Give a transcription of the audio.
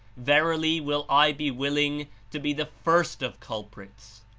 verily will i be willing to be the first of culprits,